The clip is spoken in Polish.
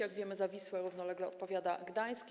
Jak wiemy, za Wisłę równolegle odpowiada Gdańsk.